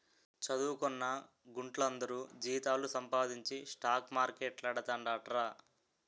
చదువుకొన్న గుంట్లందరూ జీతాలు సంపాదించి స్టాక్ మార్కెట్లేడతండ్రట